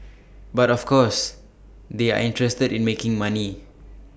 but of course they are interested in making money